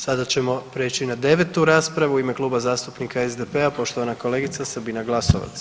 Sada ćemo prijeći na 9. raspravu u ime Kluba zastupnika SDP-a poštovana kolegica Sabina Glasovac.